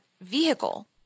vehicle